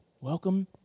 Welcome